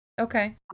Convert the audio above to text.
Okay